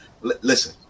listen